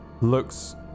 looks